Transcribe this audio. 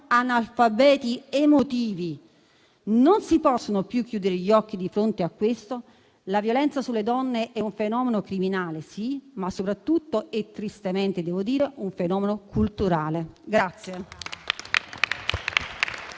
analfabeti emotivi. Non si possono più chiudere gli occhi di fronte a questo. La violenza sulle donne è un fenomeno criminale, sì, ma soprattutto (e tristemente devo dire) è un fenomeno culturale.